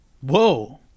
Whoa